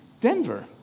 Denver